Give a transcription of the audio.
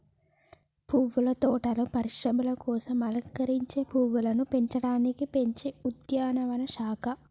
పువ్వుల తోటలను పరిశ్రమల కోసం అలంకరించే పువ్వులను పెంచడానికి పెంచే ఉద్యానవన శాఖ